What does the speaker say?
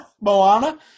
Moana